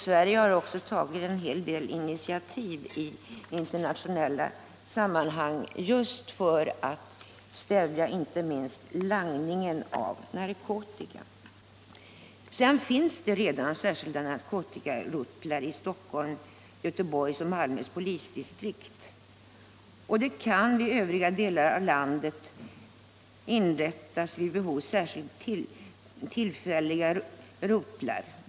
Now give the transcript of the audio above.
Sverige har också tagit en hel del initiativ i internationella sammanhang för att stävja inte minst langningen av narkotika. Sedan finns det redan särskilda narkotikarotlar i Stockholm och i Göteborgs och Malmö polisdistrikt. I övriga delar av landet kan det vid behov inrättas tillfälliga rotlar.